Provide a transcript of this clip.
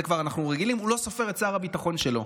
לזה כבר אנחנו רגילים הוא לא סופר את שר הביטחון שלו.